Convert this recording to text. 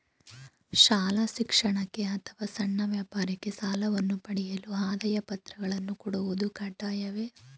ಶಾಲಾ ಶಿಕ್ಷಣಕ್ಕೆ ಅಥವಾ ಸಣ್ಣ ವ್ಯಾಪಾರಕ್ಕೆ ಸಾಲವನ್ನು ಪಡೆಯಲು ಆದಾಯ ಪತ್ರಗಳನ್ನು ಕೊಡುವುದು ಕಡ್ಡಾಯವೇ?